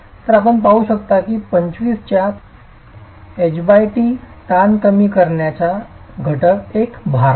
तर आपण पाहू शकता की 25 च्या ht ताण कमी करण्याचा घटक एक भार नाही